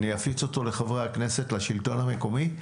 ואני אפיץ אותו לחברי הכנסת ולשלטון המקומי.